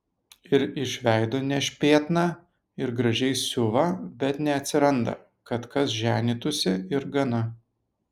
ir iš veido nešpėtna ir gražiai siuva bet neatsiranda kad kas ženytųsi ir gana